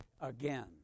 again